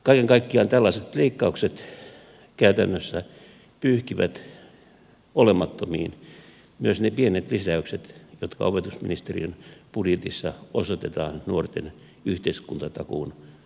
kaiken kaikkiaan tällaiset leikkaukset käytännössä pyyhkivät olemattomiin myös ne pienet lisäykset jotka opetusministeriön budjetissa osoitetaan nuorten yhteiskuntatakuun toteuttamiseen